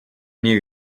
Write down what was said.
new